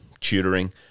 tutoring